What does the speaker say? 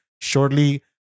shortly